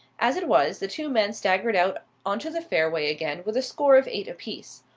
as it was, the two men staggered out on to the fairway again with a score of eight apiece.